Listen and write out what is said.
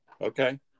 Okay